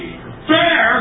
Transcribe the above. fair